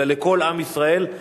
אלא לכל עם ישראל.